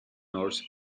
norse